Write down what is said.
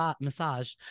massage